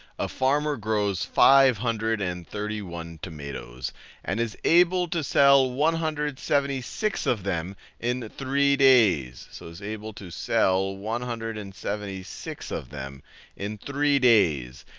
a farmer grows five hundred and thirty one tomatoes and is able to sell one hundred and seventy six of them in three days, so is able to sell one hundred and seventy six of them in three days.